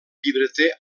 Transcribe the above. llibreter